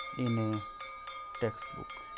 in a text book.